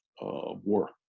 war